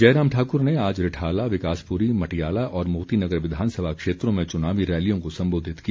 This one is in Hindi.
जयराम ठाकुर ने आज रिठाला विकासप्री मटियाला और मोतीनगर विधानसभा क्षेत्रों में चुनावी रैलियों को संबोधित किया